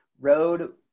road